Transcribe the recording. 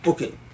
Okay